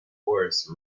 horse